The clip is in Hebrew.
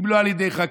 אם לא על ידי חקלאות?